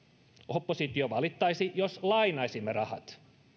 oppositio valittaisi jos lainaisimme rahat